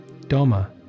doma